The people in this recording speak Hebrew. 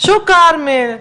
בשוק הכרמל,